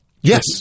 Yes